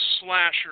slasher